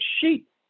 sheep